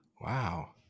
Wow